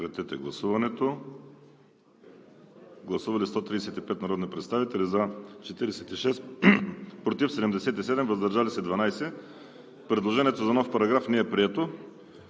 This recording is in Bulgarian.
на чл. 61. Гласували 135 народни представители: за 46, против 77, въздържали се 12. Предложението за нов параграф не е прието.